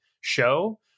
show